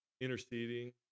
interceding